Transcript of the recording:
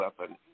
weapon